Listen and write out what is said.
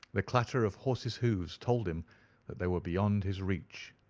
the clatter of horses' hoofs told him that they were beyond his reach.